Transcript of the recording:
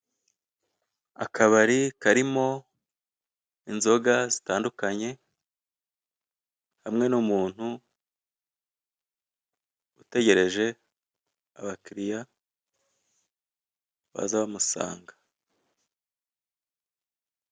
Akabari karimo inzoga zitandukanye hamwe n'umuntu utegereje abakiliya baza bamusanga.